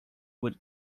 would